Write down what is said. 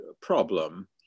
problem